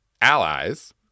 allies –